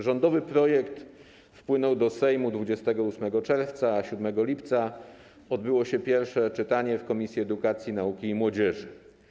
Rządowy projekt wpłynął do Sejmu 28 czerwca, a 7 lipca odbyło się pierwsze czytanie w Komisji Edukacji, Nauki i Młodzieży.